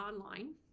online